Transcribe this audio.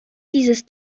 dieses